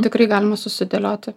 tikrai galima susidėlioti